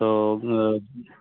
ᱛᱚ